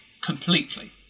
completely